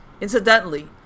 incidentally